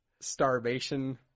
starvation